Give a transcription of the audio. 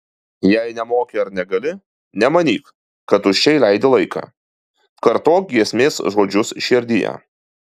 jei nemoki ar negali nemanyk kad tuščiai leidi laiką kartok giesmės žodžius širdyje